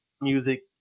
music